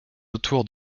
autour